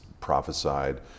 prophesied